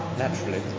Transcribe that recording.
naturally